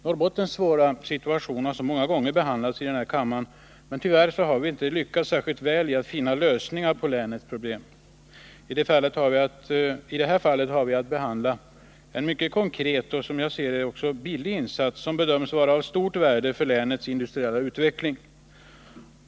Norrbottens svåra situation har många gånger behandlats i den här kammaren, men tyvärr har vi inte lyckats särskilt väl när det gällt att finna lösningar på länets problem. I detta fall har vi att behandla en mycket konkret och som jag ser det också billig insats, som bedömts vara av stort värde för länets industriella utveckling.